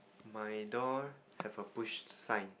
my door have a push sign